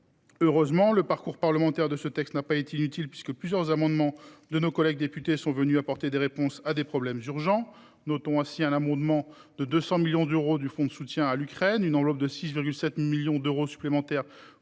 Heureusement, le parcours parlementaire de ce projet de loi n’a pas été inutile, puisque plusieurs amendements de nos collègues députés ont apporté des réponses à des problèmes urgents. Citons ainsi un abondement de 200 millions d’euros du fonds de soutien à l’Ukraine, ainsi qu’une enveloppe de 6,7 millions d’euros supplémentaires